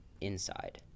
inside